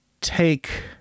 take